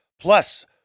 Plus